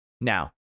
Now